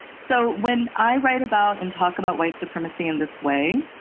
so when i write about and talk about white supremacy in this way,